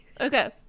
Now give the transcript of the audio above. Okay